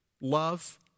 love